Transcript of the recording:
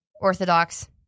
Orthodox